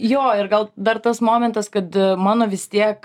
jo ir gal dar tas momentas kad mano vis tiek